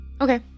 Okay